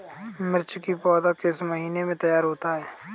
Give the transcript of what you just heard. मिर्च की पौधा किस महीने में तैयार होता है?